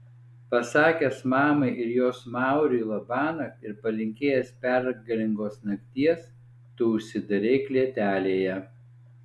pasakęs mamai ir jos mauriui labanakt ir palinkėjęs pergalingos nakties tu užsidarei klėtelėje